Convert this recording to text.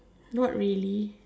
not really